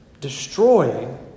destroying